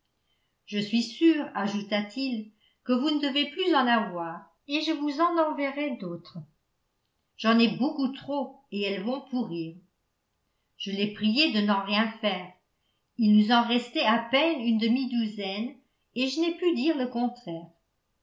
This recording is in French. je suis sûr ajouta-t-il que vous ne devez plus en avoir et je vous en enverrai d'autres j'en ai beaucoup trop et elles vont pourrir je l'ai prié de n'en rien faire il nous en restait à peine une demi-douzaine et je n'ai pu dire le contraire